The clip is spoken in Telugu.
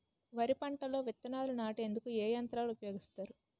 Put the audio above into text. వరి పంటలో విత్తనాలు నాటేందుకు ఏ యంత్రాలు ఉపయోగిస్తారు?